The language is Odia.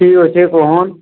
ଠିକ୍ ଅଛେ କହନ୍